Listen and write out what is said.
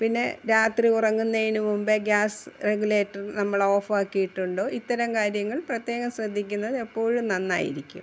പിന്നെ രാത്രി ഉറങ്ങുന്നതിന് മുമ്പെ ഗ്യാസ് റെഗുലേറ്റർ നമ്മൾ ഓഫ് ആക്കിയിട്ടുണ്ടോ ഇത്തരം കാര്യങ്ങൾ പ്രത്യേകം ശ്രദ്ധിക്കുന്നത് എപ്പോഴും നന്നായിരിക്കും